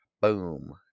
Boom